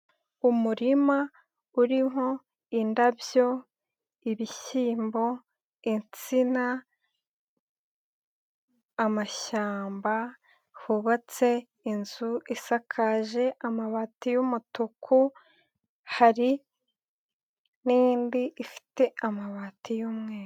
Umurima uriho indabyo, ibishyimbo, insina, amashyamba, hubatse inzu isakaje amabati y'umutuku, hari n'indi ifite amabati y'umweru.